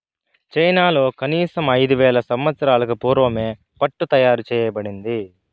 చైనాలో కనీసం ఐదు వేల సంవత్సరాలకు పూర్వమే పట్టు తయారు చేయబడింది